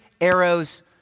arrows